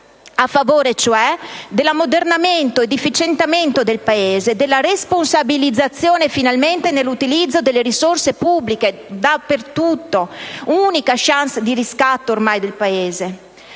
a favore cioè dell'ammodernamento e dell'efficientamento del Paese e della responsabilizzazione finalmente nell'utilizzo delle risorse pubbliche dappertutto. Unica *chance* di riscatto del Paese,